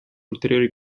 ulteriori